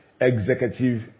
executive